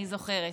אני זוכרת.